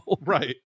right